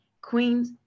Queens